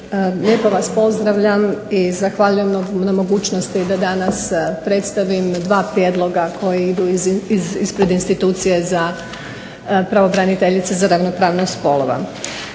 lijepo vas pozdravljam i zahvaljujem na mogućnosti da danas predstavim dva prijedloga koji idu ispred Institucije za pravobraniteljicu za ravnopravnost spolova.